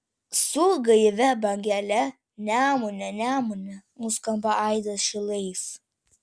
su gaivia bangele nemune nemune nuskamba aidas šilais